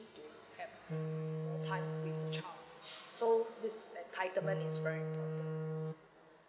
to have you know time with the child so this entitlement is very important